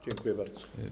Dziękuję bardzo.